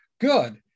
good